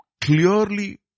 clearly